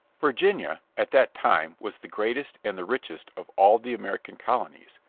virginia, at that time, was the greatest and the richest of all the american colonies,